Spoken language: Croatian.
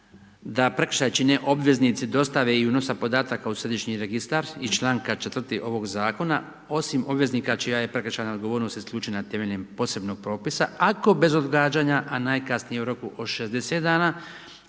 da prekršaj čine obveznici dostave i unosa podataka u središnji registar iz članka 4. ovog zakona osim obveznika čija je prekršajna odgovornost isključena temeljem posebnog propisa ako bez odgađanja a najkasnije u roku od 60 dana